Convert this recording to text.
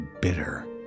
bitter